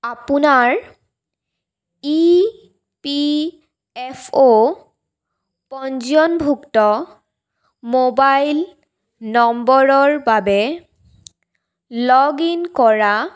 আপোনাৰ E P F O পঞ্জীয়নভুক্ত mobile নম্বৰৰ বাবে লগ ইন কৰা